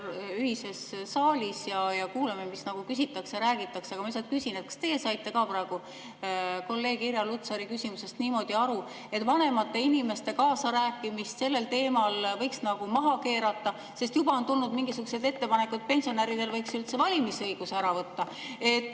ühises saalis ja kuulame, mida küsitakse, mida räägitakse. Aga ma lihtsalt küsin, kas teie saite ka praegu kolleeg Irja Lutsari küsimusest niimoodi aru, et vanemate inimeste kaasarääkimise sellel teemal võiks nagu maha keerata? Juba on tulnud mingisugused ettepanekud, et pensionäridelt võiks üldse valimisõiguse ära võtta, et